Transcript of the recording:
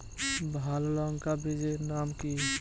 ভালো লঙ্কা বীজের নাম কি?